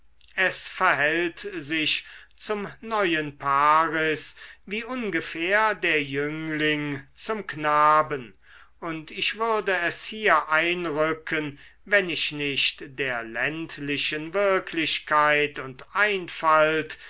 es verhält sich zum neuen paris wie ungefähr der jüngling zum knaben und ich würde es hier einrücken wenn ich nicht der ländlichen wirklichkeit und einfalt